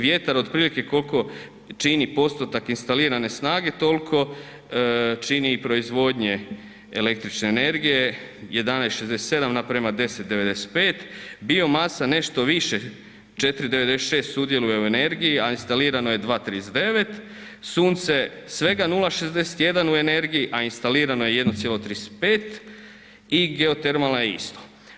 Vjetar otprilike koliko čini postotak instalirane snage toliko čini i proizvodnje električne energije 11,67 naprema 10,95, biomasa nešto više 4,96 sudjeluje u energiji, a instalirano je 2,39, sunce svega 0,61 u energije, a instalirano je 1,35 i geotermalna je isto.